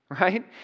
right